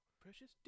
Precious